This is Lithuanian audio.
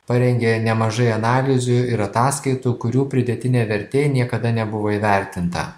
parengė nemažai analizių ir ataskaitų kurių pridėtinė vertė niekada nebuvo įvertinta